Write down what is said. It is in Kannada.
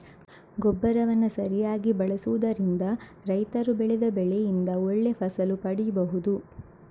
ಗೊಬ್ಬರವನ್ನ ಸರಿಯಾಗಿ ಬಳಸುದರಿಂದ ರೈತರು ಬೆಳೆದ ಬೆಳೆಯಿಂದ ಒಳ್ಳೆ ಫಸಲು ಪಡೀಬಹುದು